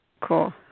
Cool